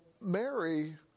Mary